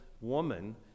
woman